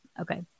okay